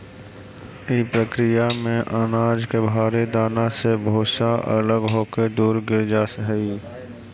इ प्रक्रिया में अनाज के भारी दाना से भूसा अलग होके दूर गिर जा हई